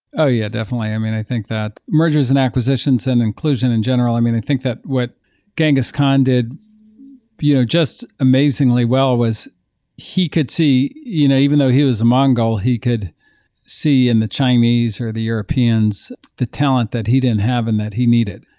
oh, yeah. definitely. i mean, i think that mergers and acquisitions and inclusion in general, i mean, i think that what genghis khan did you know just amazingly well was he could see, you know even though he was a mongol, he could see in the chinese, or the europeans the talent that he didn't have and that he needed,